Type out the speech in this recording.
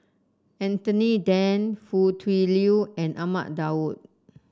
Anthony Then Foo Tui Liew and Ahmad Daud